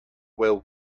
will